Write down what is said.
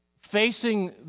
facing